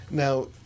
Now